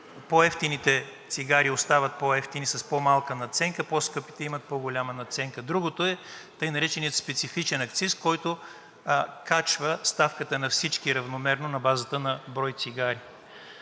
по-евтините цигари остават по-евтини, с по-малка надценка, а по-скъпите имат по-голяма надценка; другото е така нареченият специфичен акциз, който качва ставката на всички равномерно на базата на брой цигари.